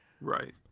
Right